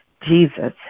Jesus